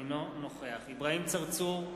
אינו נוכח אברהים צרצור,